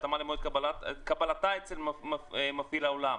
בהתאמה למועד קבלתה אצל מפעיל האולם.